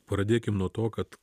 pradėkim nuo to kad